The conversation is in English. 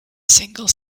single